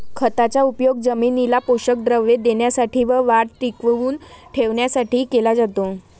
खताचा उपयोग जमिनीला पोषक द्रव्ये देण्यासाठी व वाढ टिकवून ठेवण्यासाठी केला जातो